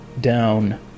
down